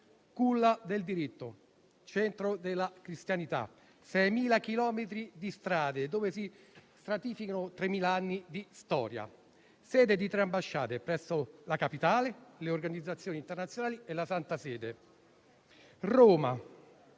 culla del diritto, centro della cristianità, con 6.000 chilometri di strade, dove si stratificano tremila anni di storia, e sede di tre tipi di ambasciate (presso la Capitale, le organizzazioni internazionali e la Santa sede). Roma,